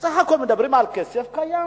בסך הכול מדברים על כסף קיים.